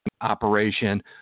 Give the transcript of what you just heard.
operation